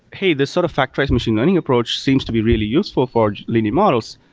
hey, this sort of factorized machine learning approach seems to be really useful for linear models.